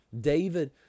David